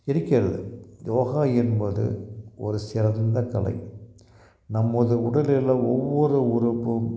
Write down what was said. இருக்கிறது யோகா என்பது ஒரு சிறந்த கலை நமது உடலில் ஒவ்வொரு உறுப்பும்